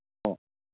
ꯑꯣ